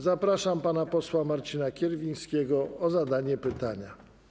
Zapraszam pana posła Marcina Kierwińskiego o zadanie pytania.